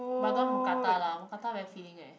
but I don't want mookata lah mookata very filling eh